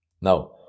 now